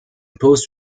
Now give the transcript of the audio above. post